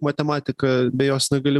matematika be jos negali